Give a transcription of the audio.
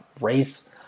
race